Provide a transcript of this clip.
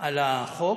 על החוק,